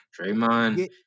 Draymond